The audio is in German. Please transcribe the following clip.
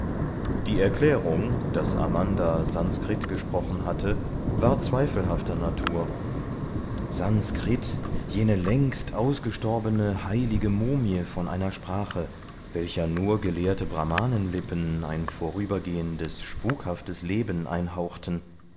die erklärung daß amanda sanskrit gesprochen habe war zweifelhafter natur sanskrit jene längst ausgestorbene heilige mumie von einer sprache welcher nur gelehrte brahmanenlippen ein vorübergehendes spukhaftes leben einhauchten